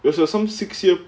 it was some six year